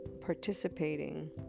participating